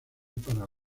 para